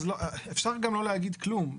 אפשר גם לא להגיד כלום.